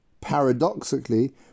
paradoxically